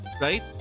right